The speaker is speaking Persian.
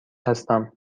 هستم